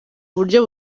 buryo